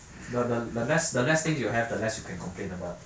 the the the less the less things you have the less you can complain about